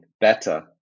better